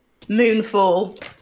Moonfall